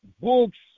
Books